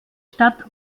stadt